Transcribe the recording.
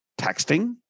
texting